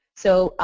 so,